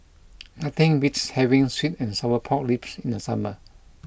nothing beats having Sweet and Sour Pork Ribs in summer